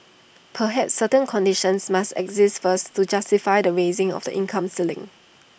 perhaps certain conditions must exist first to justify the raising of the income ceiling